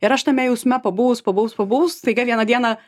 ir aš tame jausme pabuvus pabuvus pabuvus staiga vieną dieną